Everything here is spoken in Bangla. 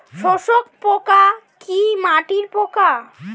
শোষক পোকা কি মাটির পোকা?